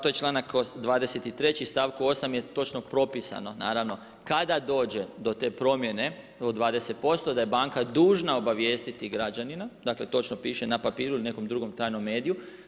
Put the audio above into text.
To je članak 23. u stavku 8. je točno propisano kada dođe do te promjene od 20% da je banka dužna obavijestiti građanina, dakle točno piše na papiru ili nekom drugom tajnom mediju.